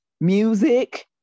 music